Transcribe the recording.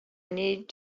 need